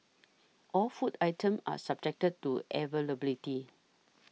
all food items are subjected to availability